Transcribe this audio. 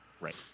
right